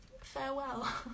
farewell